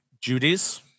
judy's